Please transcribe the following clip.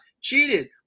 cheated